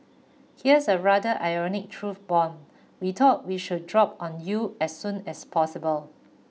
here's a rather ironic truth bomb we thought we should drop on you as soon as possible